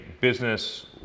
business